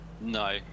no